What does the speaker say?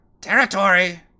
territory